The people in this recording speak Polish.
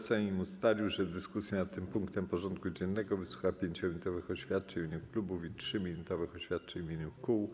Sejm ustalił, że w dyskusji nad tym punktem porządku dziennego wysłucha 5-minutowych oświadczeń w imieniu klubów i 3-minutowych oświadczeń w imieniu kół.